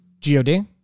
G-O-D